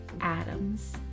Adams